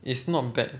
it's not bad